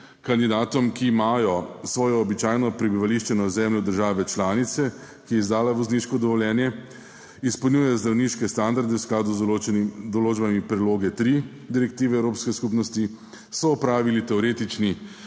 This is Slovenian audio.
kandidatom, ki imajo svojo običajno prebivališče na ozemlju države članice, ki je izdala vozniško dovoljenje, izpolnjujejo zdravniške standarde v skladu z določenimi določbami priloge tri direktive evropske skupnosti so opravili teoretični